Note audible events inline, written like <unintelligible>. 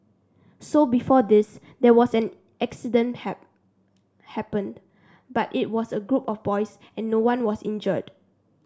so before this there was an accident <unintelligible> happened but it was a group of boys and no one was injured